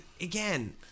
again